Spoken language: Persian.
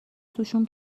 توشون